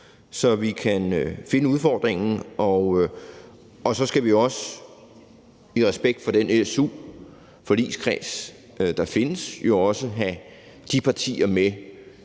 så vi kan finde udfordringen. Så skal vi også i respekt for den su-forligskreds, der findes, jo også have de partier med